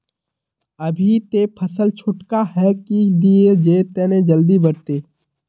अभी ते फसल छोटका है की दिये जे तने जल्दी बढ़ते?